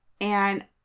And-